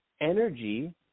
Energy